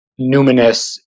numinous